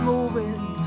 Moving